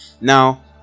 now